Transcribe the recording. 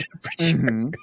temperature